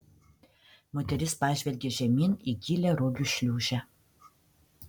moteris pažvelgė žemyn į gilią rogių šliūžę